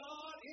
God